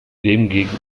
demgegenüber